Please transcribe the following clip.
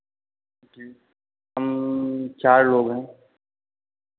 जी हम चार लोग हैं